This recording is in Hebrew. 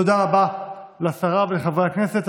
תודה רבה לשרה ולחברי הכנסת.